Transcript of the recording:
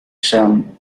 sen